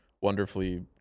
wonderfully